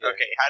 Okay